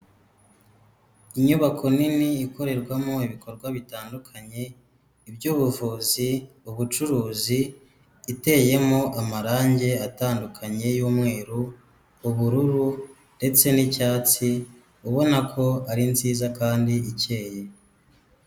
Inyubako nini ikorerwamo ibikorwa bitandukanye, iby'ubuvuzi, ubucuruzi, iteyemo amarangi atandukanye y'umweru, ubururu ndetse n'icyatsi, ubona ko ari nziza kandi ikeye.